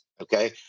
okay